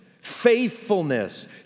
faithfulness